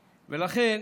ולכן,